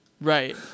Right